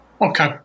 Okay